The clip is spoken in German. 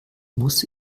muss